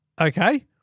Okay